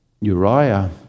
Uriah